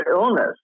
illness